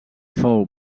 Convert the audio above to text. fou